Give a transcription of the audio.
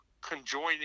conjoining